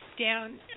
down